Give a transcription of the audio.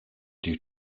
due